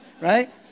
Right